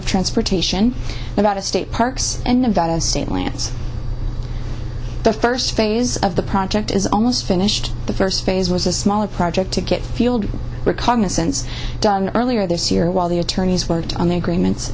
of transportation about a state parks and about of state lands the first phase of the project is almost finished the first phase was a smaller project to get field reconnaissance done earlier this year while the attorneys worked on the agreement